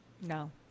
No